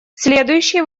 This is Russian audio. следующий